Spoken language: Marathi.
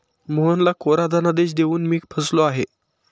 मोहनला कोरा धनादेश देऊन मी फसलो आहे